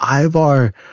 Ivar